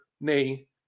nay